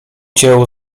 cię